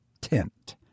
tint